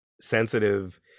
sensitive